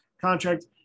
contract